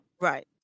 Right